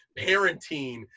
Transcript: parenting